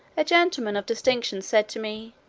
a gentleman of distinction said to me,